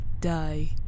die